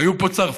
היו פה צרפתים